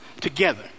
together